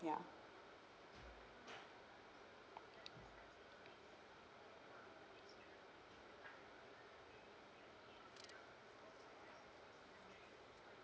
ya